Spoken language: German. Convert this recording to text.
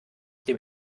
dem